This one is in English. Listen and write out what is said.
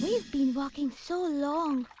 have been walking so long